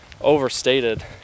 overstated